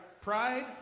pride